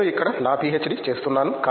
నేను ఇక్కడ నా పీహెచ్డీ చేస్తున్నాను